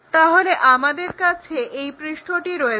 তাহলে আমাদের কাছে এই পৃষ্ঠটি রয়েছে